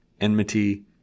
enmity